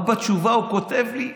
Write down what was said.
מה הוא כותב לי בתשובה?